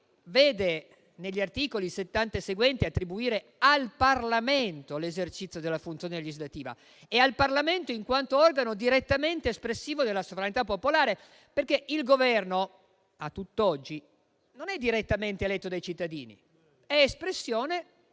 vede negli articoli 70 e seguenti della Costituzione attribuire al Parlamento l'esercizio della funzione legislativa, in quanto organo direttamente espressivo della sovranità popolare. Il Governo a tutt'oggi non è direttamente eletto dai cittadini, poiché è espressione